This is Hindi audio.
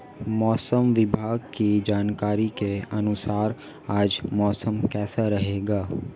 मौसम विभाग की जानकारी के अनुसार आज मौसम कैसा रहेगा?